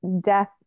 death